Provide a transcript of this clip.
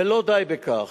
ולא די בכך.